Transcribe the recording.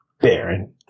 baron